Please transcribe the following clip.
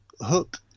Hook